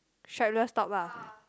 strapless top lah